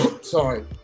sorry